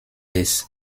des